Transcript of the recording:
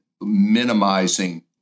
minimizing